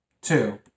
Two